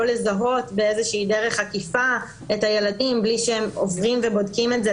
לזהות באיזושהי דרך עקיפה את הילדים בלי שהם בודקים את זה.